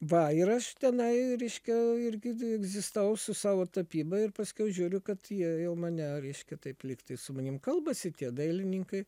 va ir aš tenai reiškia irgi egzistavau su savo tapyba ir paskiau žiūriu kad jie jau mane reiškia taip lygtai su manim kalbasi tie dailininkai